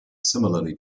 similarly